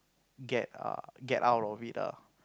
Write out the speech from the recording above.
get err get out of it ah